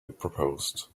proposed